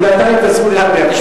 הוא נתן לי את הזכות לדבר.